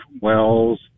wells